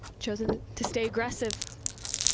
choosing to to stay aggressive.